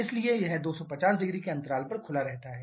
इसलिए यह 2500 के अंतराल पर खुला रहता है